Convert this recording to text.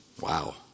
Wow